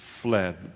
fled